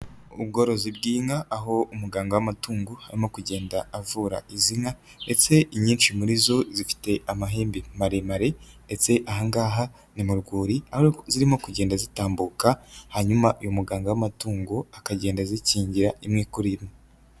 Ubworozi bw'inka aho umuganga w'amatungo arimo kugenda avura izi nka ndetse inyinshi muri zo zifite amahembe maremare ndetse ahangaha ni mu rwuri aho zirimo kugenda zitambuka, hanyuma uyu muganga w'amatungo akagenda azikingira imwe kuri imwe.